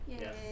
Yes